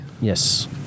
Yes